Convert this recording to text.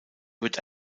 wird